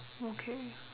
okay